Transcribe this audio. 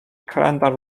calendar